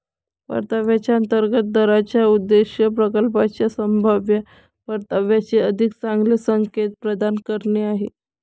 परताव्याच्या अंतर्गत दराचा उद्देश प्रकल्पाच्या संभाव्य परताव्याचे अधिक चांगले संकेत प्रदान करणे आहे